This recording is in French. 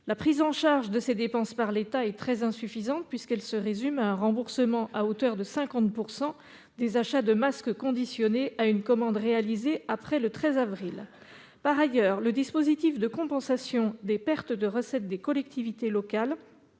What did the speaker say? Leur prise en charge par l'État est très insuffisante, puisque celle-ci se résume à un remboursement à hauteur de 50 % des achats de masques, conditionné à une commande réalisée après le 13 avril. Par ailleurs, le dispositif de compensation des pertes de recettes des collectivités locales,